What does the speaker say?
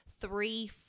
three